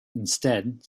instead